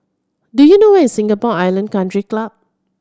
do you know where is Singapore Island Country Club